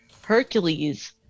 Hercules